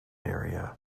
area